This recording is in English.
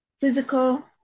physical